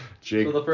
Jake